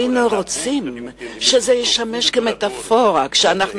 היינו רוצים שזה ישמש כמטאפורה כשאנחנו